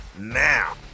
Now